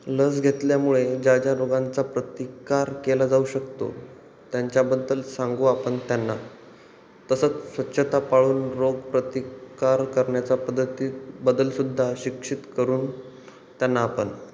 लस घेतल्यामुळे ज्या ज्या रोगांचा प्रतिकार केला जाऊ शकतो त्यांच्याबद्दल सांगू आपण त्यांना तसंच स्वच्छता पाळून रोग प्रतिकार करण्याचा पद्धतीत बदलसुद्धा शिक्षित करून त्यांना आपण